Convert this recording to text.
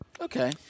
Okay